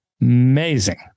amazing